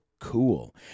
cool